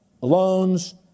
loans